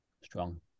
Strong